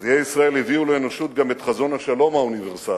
נביאי ישראל הביאו לאנושות את חזון השלום האוניברסלי,